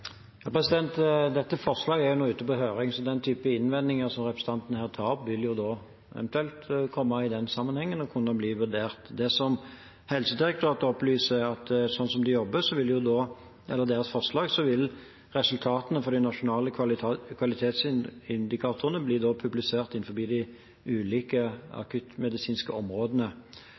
Dette forslaget er nå ute på høring, så den typen innvending som representanten her tar opp, vil da eventuelt bli vurdert i den sammenhengen. Det Helsedirektoratet opplyser, er at etter deres forslag vil resultatene fra de nasjonale kvalitetsindikatorene bli publisert innenfor de ulike akuttmedisinske områdene. Da vil det bli skilt mellom tettbygde strøk, altså områder med minst 10 000 innbyggere, og grisgrendte strøk. Og indikatoren vil da